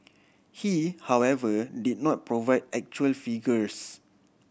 he however did not provide actual figures